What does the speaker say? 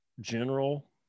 general